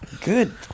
Good